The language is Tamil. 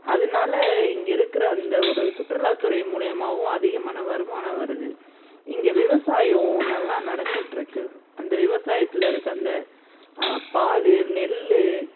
அதனால இங்கே இருக்கிற அந்த ஒரு சுற்றுலாத்துறை மூலிமாவும் அதிகமான வருமானம் வருது இங்கே விவசாயம் நல்லா நடந்துகிட்ருக்கு அந்த விவசாயத்தில் இருக்க அந்த பால் நெல்